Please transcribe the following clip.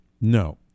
No